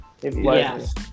Yes